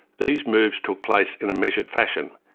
these moves took place in a measured fashion,